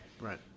right